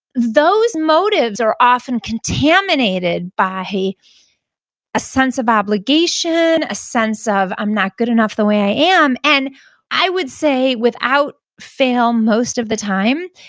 those motives are often contaminated by a sense of obligation, a sense of i'm not good enough the way i am and i would say, without fail most of the time,